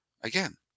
again